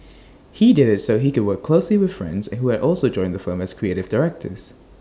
he did IT so that he could work closely with friends and who had also joined the firm as creative directors